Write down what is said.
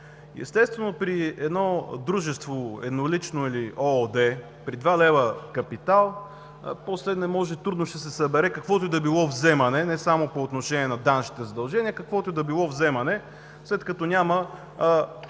Естествено, при едно дружество – еднолично или ООД, при 2 лв. капитал после трудно ще се събере каквото и да било вземане не само по отношение на данъчните задължения, а каквото и да било вземане, след като няма